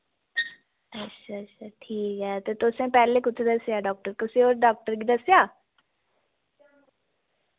अच्छ अच्छा ठीक ऐ ते तुसैं पैह्ले कुत्थै दस्सेआ डाक्टर कुसे होर डाक्टर गी दस्सेआ